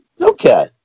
Okay